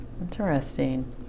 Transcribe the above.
Interesting